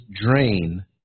drain